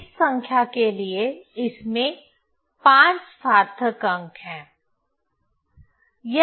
इस संख्या के लिए इसमें 5 सार्थक अंक हैं